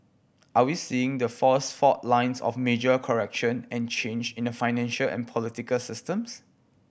are we seeing the first fault lines of a major correction and change in the financial and political systems